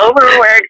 overworked